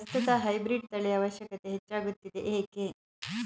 ಪ್ರಸ್ತುತ ಹೈಬ್ರೀಡ್ ತಳಿಯ ಅವಶ್ಯಕತೆ ಹೆಚ್ಚಾಗುತ್ತಿದೆ ಏಕೆ?